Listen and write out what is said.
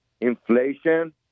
Inflation